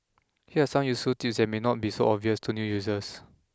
here are some useful tips that may not be so obvious to new users